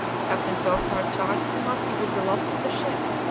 captain pelsart charged the master with the loss of the ship,